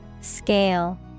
Scale